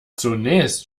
zunächst